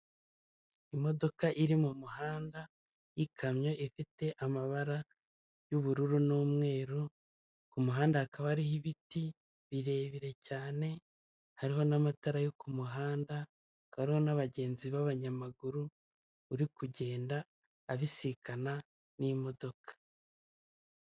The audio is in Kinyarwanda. Imodoka iri mu muhanda y'ikamyo ifite amabara y'ubururu n'umweru, ku muhanda hakaba hariho ibiti birebire cyane, hariho n'amatara yo ku muhanda, hakaba hariho n'abagenzi b'abanyamaguru uri kugenda abisikana n'imodoka.